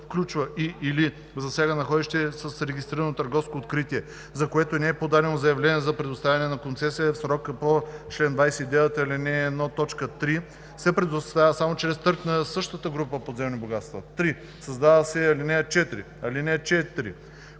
включва и/или засяга находище с регистрирано търговско откритие, за което не е подадено заявление за предоставяне на концесия в срока по чл. 29, ал. 1, т. 3, се предоставя само чрез търг за същата група подземни богатства.“ 3. Създава се ал. 4: „(4)